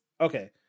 okay